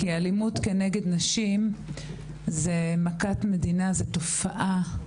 אלימות נגד נשים זו מכת מדינה וזו תופעה.